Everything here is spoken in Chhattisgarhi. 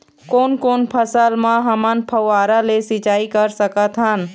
कोन कोन फसल म हमन फव्वारा ले सिचाई कर सकत हन?